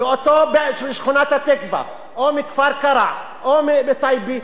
לאותו בן של שכונת-התקווה או מכפר-קרע או מטייבה: